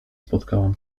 spotkałam